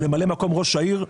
ממלא מקום ראש העיר,